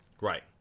Right